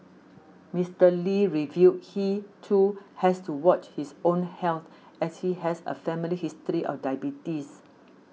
Mister Lee revealed he too has to watch his own health as he has a family history of diabetes